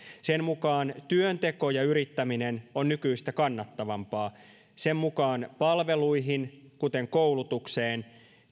sen mukaan työnteko ja yrittäminen on nykyistä kannattavampaa sen mukaan palveluihin kuten koulutukseen